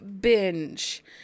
binge